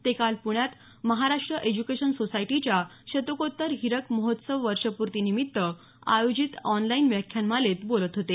ते काल पुण्यात महाराष्ट्र एज्युकेशन सोसायटीच्या शतकोत्तर हिरक महोत्सवी वर्षपूर्तीनिमित्त आयोजित ऑनलाईन व्याख्यानमालेत बोलत होते